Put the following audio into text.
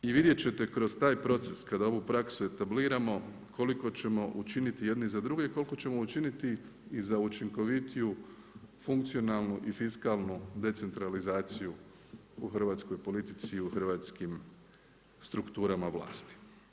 I vidjeti ćete kroz taj proces kada ovu praksu etabliramo koliko ćemo učiniti jedni za druge i koliko ćemo učiniti i za učinkovitiju funkcionalnu i fiskalnu decentralizaciju u hrvatskoj politici i u hrvatskim strukturama vlasti.